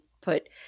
put